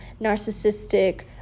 narcissistic